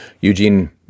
Eugene